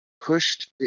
pushed